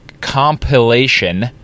compilation